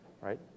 right